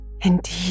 Indeed